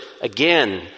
again